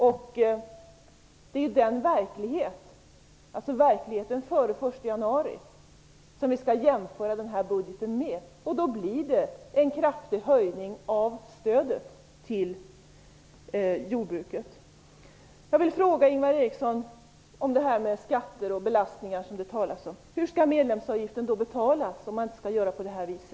Vidare är det verkligheten före den 1 januari som vi skall jämföra den här budgeten med. Då blir det en kraftig höjning av stödet till jordbruket. Jag vill fråga Ingvar Eriksson om de skatter och den belastning som det talas om: Hur skall medlemsavgiften betalas om man inte skall göra på nämnda vis?